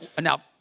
Now